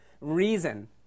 reason